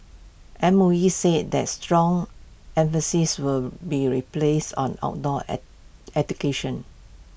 M O E said that strong emphasis will be replaced on outdoor education